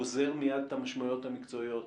גוזר מייד את המשמעויות המקצועיות,